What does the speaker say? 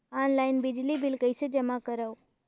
Online बिजली bill कइसे जमा करव?